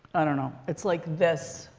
i don't know, it's like this,